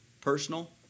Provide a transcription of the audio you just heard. personal